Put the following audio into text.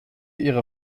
ihre